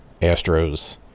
Astros